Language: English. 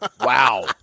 Wow